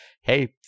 hey